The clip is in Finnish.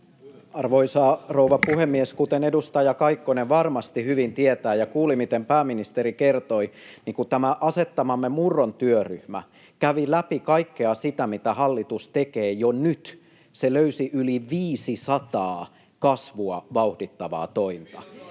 Arvoisa rouva puhemies! Kuten edustaja Kaikkonen varmasti hyvin tietää ja kuuli, miten pääministeri kertoi, niin kun tämä asettamamme Murron työryhmä kävi läpi kaikkea sitä, mitä hallitus tekee jo nyt, se löysi yli viisisataa kasvua vauhdittavaa tointa.